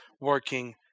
working